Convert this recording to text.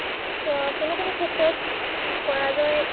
কোনো কোনো ক্ষেত্ৰত পৰাজয়